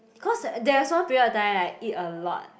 cause there was one period of time right I eat a lot